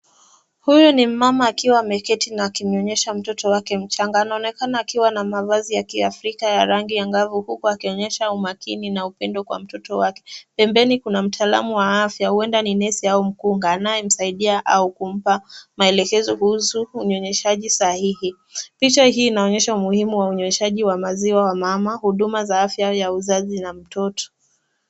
Huyu ni mmama akiwa ameketi na akimnyonyesha mtoto wake mchanga, anaonekana akiwa na mavazi ya kiafrika ya rangi ya ngavu huku aki onyesha umakini na upendo kwa mtoto wake. Pembeni kuna mtaalamu wa afya huenda ni nesi au mkunga anayemsaidia au kumpa maelekezo kuhusu unyonyeshaji sahihi. Picha hii inaonyesha umuhimu wa unyonyeshaji wa maziwa wa mama, huduma za afya za uzazi na mtoto.